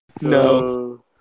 No